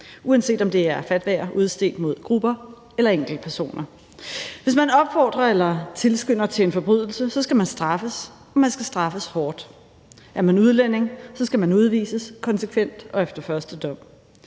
uanset om det er fatwaer udstedt mod grupper eller enkeltpersoner. Hvis man opfordrer eller tilskynder til en forbrydelse, skal man straffes, og man skal straffes hårdt. Er man udlænding, skal man udvises konsekvent og efter første dom.